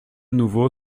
nouveau